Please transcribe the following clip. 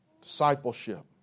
Discipleship